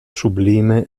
sublime